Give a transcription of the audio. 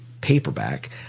paperback